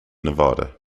nevada